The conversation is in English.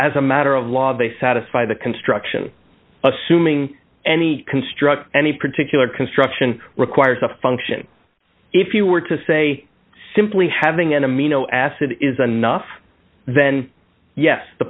as a matter of law they satisfy the construction assuming any construct any particular construction requires a function if you were to say simply having an amino acid is another then yes the